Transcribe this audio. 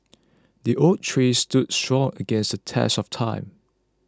the oak tree stood strong against the test of time